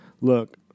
look